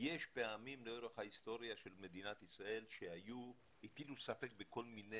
שיש פעמים לאורך ההיסטוריה של מדינת ישראל שהטילו ספק בכל מיני